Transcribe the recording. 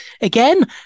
again